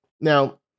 Now